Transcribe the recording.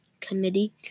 Committee